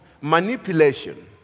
manipulation